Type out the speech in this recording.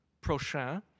prochain